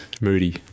moody